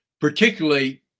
Particularly